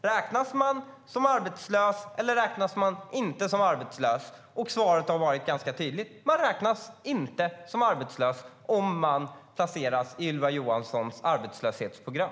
Räknas man som arbetslös, eller räknas man inte som arbetslös? Svaret har varit ganska tydligt. Man räknas inte som arbetslös om man placeras i Ylva Johanssons arbetslöshetsprogram.